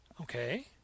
Okay